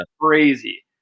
crazy